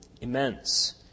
immense